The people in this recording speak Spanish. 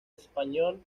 español